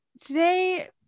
today